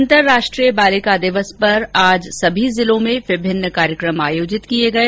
अंतरराष्ट्रीय बालिका दिवस पर आज सभी जिलों में विभिन्न कार्यक्रम आयोजित किए गए